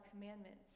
commandments